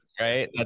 right